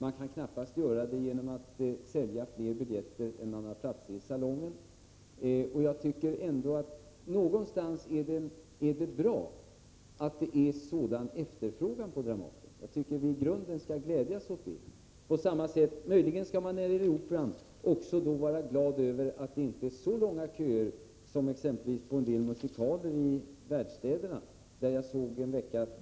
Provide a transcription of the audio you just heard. Man kan knappast göra detta genom att sälja fler biljetter än vad som motsvaras av antalet platser i salongen. På något sätt är det emellertid bra att det är så stor efterfrågan på biljetter. I grund och botten är detta någonting att glädjas åt. Möjligen skall man när det gäller Operan också vara glad över att köerna inte är så långa som vid t.ex. vissa musikaler i världsstäderna.